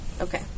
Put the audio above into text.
Okay